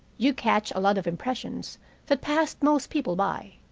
you catch a lot of impressions that pass most people by.